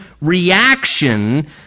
reaction